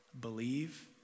believe